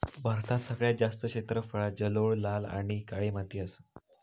भारतात सगळ्यात जास्त क्षेत्रफळांत जलोळ, लाल आणि काळी माती असा